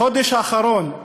בחודש האחרון,